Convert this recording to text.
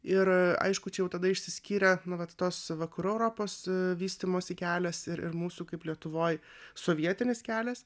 ir aišku čia jau tada išsiskyrė nu vat tos vakarų europos vystymosi kelias ir ir mūsų kaip lietuvoj sovietinis kelias